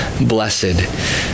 blessed